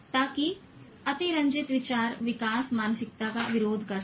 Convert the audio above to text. ताकि अतिरंजित विचार विकास मानसिकता का विरोध कर सके